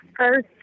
earth